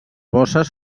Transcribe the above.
bosses